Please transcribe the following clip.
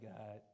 God